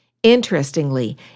Interestingly